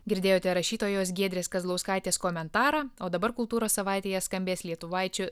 girdėjote rašytojos giedrės kazlauskaitės komentarą o dabar kultūros savaitėje skambės lietuvaičių